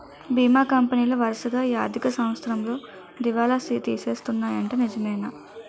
బీమా కంపెనీలు వరసగా ఈ ఆర్థిక సంవత్సరంలో దివాల తీసేస్తన్నాయ్యట నిజమేనా